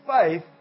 faith